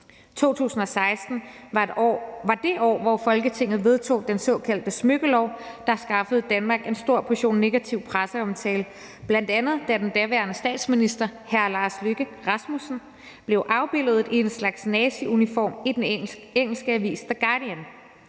2016 var det år, hvor Folketinget vedtog den såkaldte smykkelov, der skaffede Danmark en stor portion negativ presseomtale, bl.a. da den daværende statsminister hr. Lars Løkke Rasmussen blev afbildet i en slags naziuniform i den engelske avis The Guardian.